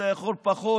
אתה יכול פחות,